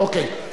אוקיי.